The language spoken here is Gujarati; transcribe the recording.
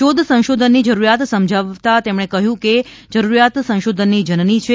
શોધ સંશોધનની જરૂરીયાત સમજાવવા તેમણે કહ્યું કે જરૂરિયાત સંશોધનની જનની છે